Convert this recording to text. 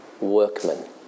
workmen